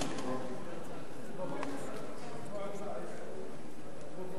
להסיר מסדר-היום את הצעת חוק הקולנוע (הוראת שעה) (תיקון,